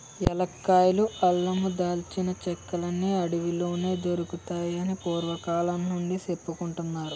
ఏలక్కాయలు, అల్లమూ, దాల్చిన చెక్కలన్నీ అడవిలోనే దొరుకుతాయని పూర్వికుల నుండీ సెప్పుకుంటారు